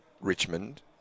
Richmond